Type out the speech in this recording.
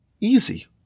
easy